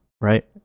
right